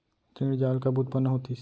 ऋण जाल कब उत्पन्न होतिस?